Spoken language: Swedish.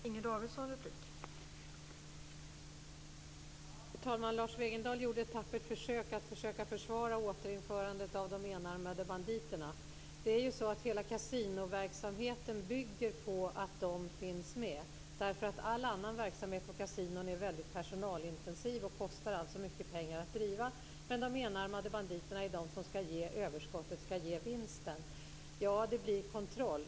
Fru talman! Lars Wegendal gjorde ett tappert försök att försvara återinförandet av de enarmade banditerna. Hela kasinoverksamheten bygger ju på att de finns med, därför att all annan verksamhet på kasinon är mycket personalintensiv och kostar alltså mycket pengar att driva. Men de enarmade banditerna skall ge överskottet, vinsten. Ja, det blir kontroll.